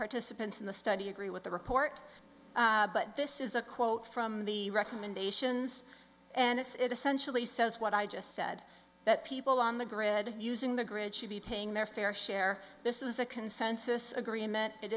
participants in the study agree with the report but this is a quote from the recommendations and it's it essentially says what i just said that people on the grid using the grid should be paying their fair share this is a consensus agreement it